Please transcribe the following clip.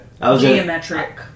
Geometric